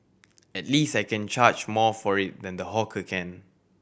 at least I can charge more for it than the hawker can